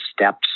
steps